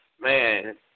man